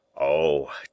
Oh